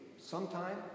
Sometime